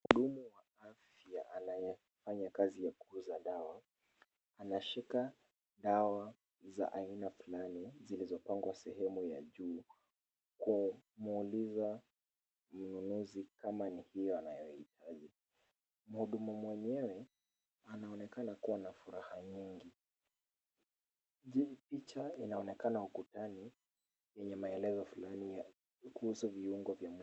Mhudumu wa afya anayefanya kazi ya kuuza dawa anashika dawa za aina fulani zilizopangwa sehemu ya juu kumuuliza mnunuzi kama ni hiyo anayohitaji. Mhudumu mwenyewe anaonekana kuwa na furaha nyingi. Picha inaonekana ukutani yenye maelezo fulani kuhusu viungo vya mwili.